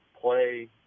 play